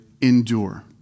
endure